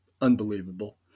Unbelievable